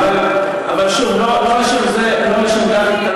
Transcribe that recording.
איך זה רלוונטי להצעה